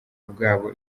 bwabo